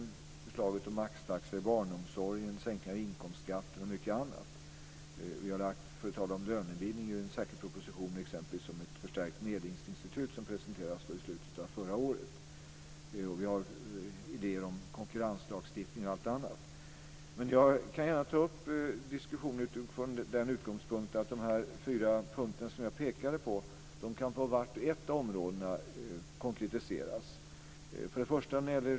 Det handlar om förslaget om maxtaxa inom barnomsorgen, sänkta inkomstskatter och mycket annat. Vi har - för att tala om lönebildning - lagt en särskild proposition, exempelvis handlar det om ett förstärkt medlingsinstitut, som presenterades i slutet av förra året. Dessutom har vi idéer om konkurrenslagstiftningen osv. Jag kan gärna ta upp en diskussion från utgångspunkten att de fyra punkter som jag pekat på kan konkretiseras på vart och ett av områdena.